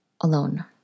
alone